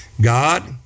God